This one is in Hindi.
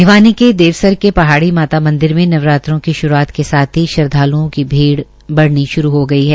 भिवानी के देवसर के पहाड़ी माता मंदिर में नवरात्रों की शुरूआत के साथ ही श्रद्धालुओं की भीड़ बेे ऩी शुरू हो गई हैं